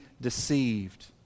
deceived